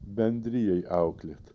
bendrijai auklėti